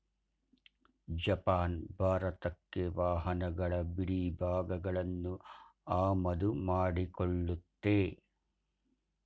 Japan ಭಾರತಕ್ಕೆ ವಾಹನಗಳ ಬಿಡಿಭಾಗಗಳನ್ನು ಆಮದು ಮಾಡಿಕೊಳ್ಳುತ್ತೆ